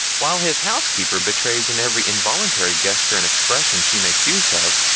while his housekeeper betrays in every involuntary gesture and expression she makes use of,